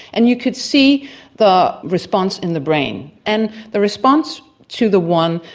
and you could see the response in the brain and the response to the one,